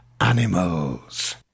Animals